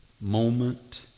moment